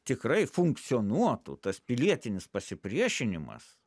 tikrai funkcionuotų tas pilietinis pasipriešinimas